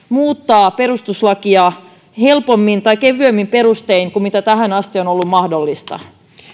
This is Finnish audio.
muuttaa perustuslakia helpommin tai kevyemmin perustein kuin mitä tähän asti on on ollut mahdollista